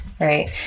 Right